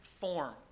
form